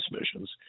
missions